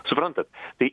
suprantat tai